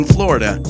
Florida